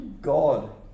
God